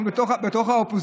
אנחנו בתוך האופוזיציה.